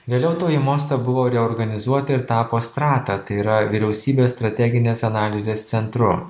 vėliau toji mosta buvo reorganizuota ir tapo strata tai yra vyriausybės strateginės analizės centru